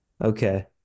Okay